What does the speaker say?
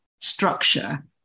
structure